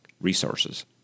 resources